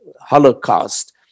Holocaust